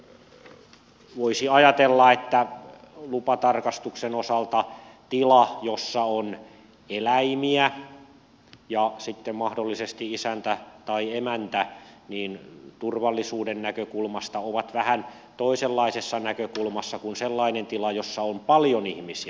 eli voisi ajatella että lupatarkastuksen osalta tila jossa on eläimiä ja sitten mahdollisesti isäntä tai emäntä on turvallisuuden näkökulmasta vähän toisenlaisessa tilanteessa kuin sellainen tila jossa on paljon ihmisiä